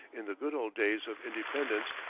in the good old days of independence,